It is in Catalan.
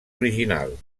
original